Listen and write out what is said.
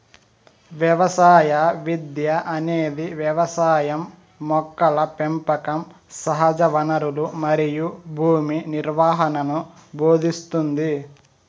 వ్యవసాయ విద్య అనేది వ్యవసాయం మొక్కల పెంపకం సహజవనరులు మరియు భూమి నిర్వహణను భోదింస్తుంది